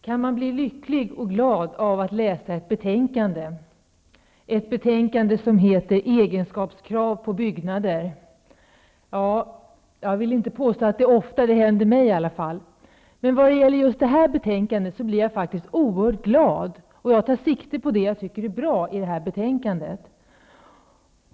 Herr talman! Kan man bli lycklig och glad av att läsa ett betänkande, ett betänkande som är rubricerat Egenskapskrav på byggnader? Jag vill inte påstå att det ofta händer mig i alla fall. När det gäller det här betänkandet blev jag emellertid oerhört glad, och jag tar sikte på det som jag tycker är bra i betänkandet.